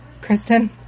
Kristen